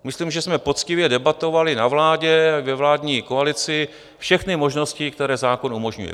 Myslím, že jsme poctivě debatovali na vládě i ve vládní koalici všechny možnosti, které zákon umožňuje.